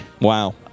Wow